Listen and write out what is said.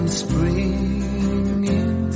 springing